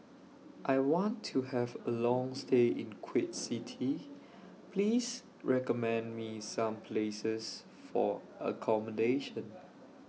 I want to Have A Long stay in Kuwait City Please recommend Me Some Places For accommodation